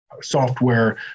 software